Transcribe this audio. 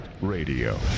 radio